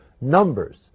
Numbers